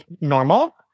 normal